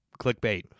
clickbait